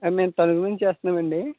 మేము తణుకు నుండి చేస్తున్నాం అండి